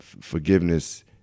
forgiveness